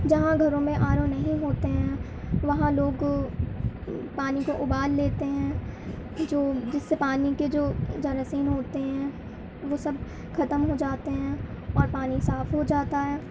جہاں گھروں میں آر او نہیں ہوتے ہیں وہاں لوگ پانی کو ابال لیتے ہیں جو جس سے پانی کے جو جراثیم ہوتے ہیں وہ سب ختم ہو جاتے ہیں اور پانی صاف ہو جاتا ہے